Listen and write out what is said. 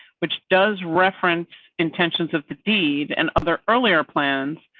which does reference intentions of the deed and other earlier plans,